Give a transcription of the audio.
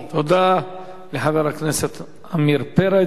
תודה רבה לחבר הכנסת עמיר פרץ.